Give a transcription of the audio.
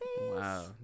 Wow